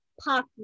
Park